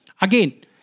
Again